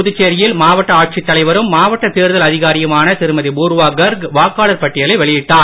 புதுச்சேரியில் மாவட்ட ஆட்சித்தலைவரும் மாவட்ட தேர்தல் அதிகாரியுமான திருமதி பூர்வா கர்க் வாக்காளர் பட்டியலை வெளியிட்டார்